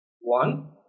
one